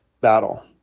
battle